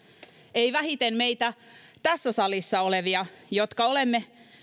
ei vähiten meitä tässä salissa olevia jotka olemme